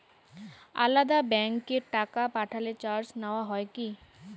আলাদা ব্যাংকে টাকা পাঠালে চার্জ নেওয়া হয় কি?